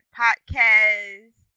podcast